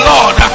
Lord